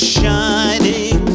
shining